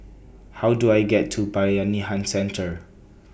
How Do I get to Bayanihan Centre